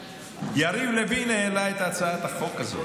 יריב לוין העלה את הצעת החוק הזאת.